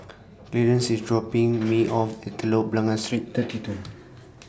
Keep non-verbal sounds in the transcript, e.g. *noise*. *noise* Clearence IS dropping Me off At Telok Blangah Street thirty two